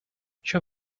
show